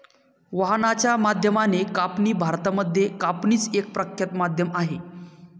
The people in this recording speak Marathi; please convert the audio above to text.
वाहनाच्या माध्यमाने कापणी भारतामध्ये कापणीच एक प्रख्यात माध्यम आहे